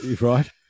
right